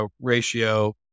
ratio